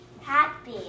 happy